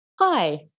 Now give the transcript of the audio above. Hi